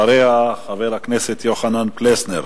אחריה, חבר הכנסת יוחנן פלסנר.